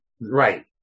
Right